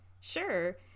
Sure